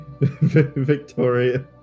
Victoria